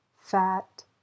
fat